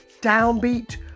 downbeat